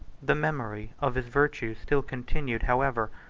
the memory of his virtues still continued, however,